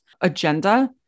agenda